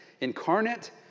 incarnate